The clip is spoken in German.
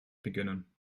beginnen